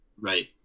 right